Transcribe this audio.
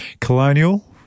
Colonial